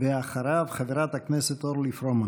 אחריו, חברת הכנסת אורלי פרומן.